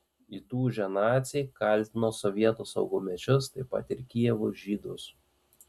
įtūžę naciai kaltino sovietų saugumiečius taip pat ir kijevo žydus